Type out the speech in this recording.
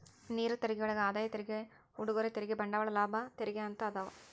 ನೇರ ತೆರಿಗೆಯೊಳಗ ಆದಾಯ ತೆರಿಗೆ ಉಡುಗೊರೆ ತೆರಿಗೆ ಬಂಡವಾಳ ಲಾಭ ತೆರಿಗೆ ಅಂತ ಅದಾವ